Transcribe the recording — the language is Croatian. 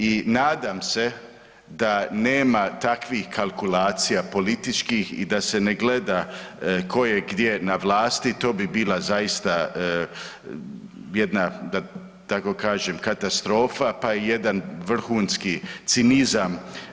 I nadam se da nema takvih kalkulacija političkih i da se ne gleda tko je gdje na vlasti, to bi bila zaista jedna da tako kažem katastrofa pa i jedan vrhunski cinizam.